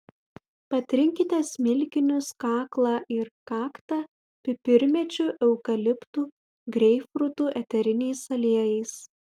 patrinkite smilkinius kaklą ir kaktą pipirmėčių eukaliptų greipfrutų eteriniais aliejais